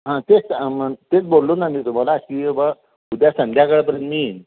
हां तेच तेच बोललो ना मी तुम्हाला की बा उद्या संध्याकाळपर्यंत मी येईन